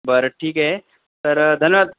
बरं ठीक आहे तर धन्यवाद